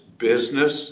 Business